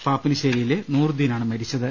പാപ്പിനിശ്ശേരിയിലെ നൂറുദ്ദീനാണ് മരിച്ചത്